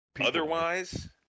Otherwise